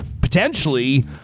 potentially